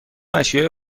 اشیاء